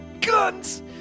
guns